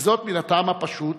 מן הטעם הפשוט